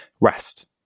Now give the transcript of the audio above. Rest